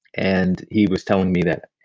and he was telling me that,